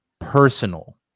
personal